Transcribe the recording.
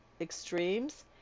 extremes